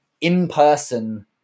in-person